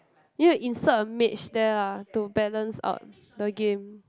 you need to insert a mage there lah to balance out the game